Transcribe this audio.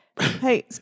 Hey